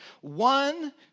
one